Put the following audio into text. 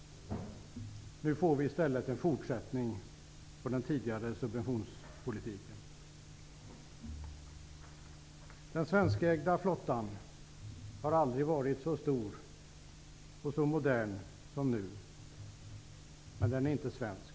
Nu får vi i stället en fortsättning av den tidigare subventionspolitiken. Den svenskägda flottan har aldrig varit så stor och modern som nu, men den är inte svensk.